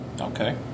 Okay